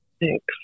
Thanks